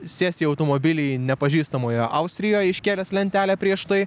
sės į automobilį nepažįstamojo austrijoj iškėlęs lentelę prieš tai